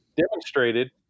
demonstrated